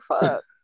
fuck